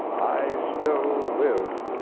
i still live,